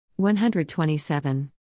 127